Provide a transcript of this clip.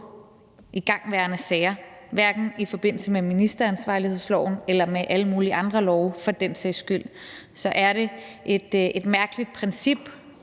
i igangværende sager, hverken i forbindelse med ministeransvarlighedsloven eller alle mulige andre love for den sags skyld. Det er et godt princip